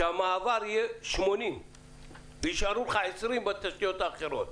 שהמעבר יהיה 80% ויישארו לך 20% בתשתיות האחרות.